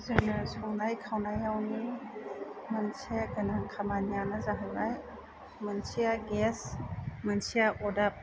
जोङो संनाय खावनायावनो मोनसे गोनां खामानियानो जाहैबाय मोनसेया गेस मोनसेया अदाब